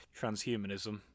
transhumanism